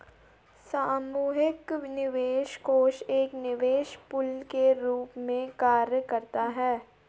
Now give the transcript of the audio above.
सामूहिक निवेश कोष एक निवेश पूल के रूप में कार्य करता है